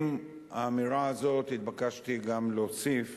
עם האמירה הזאת התבקשתי גם להוסיף,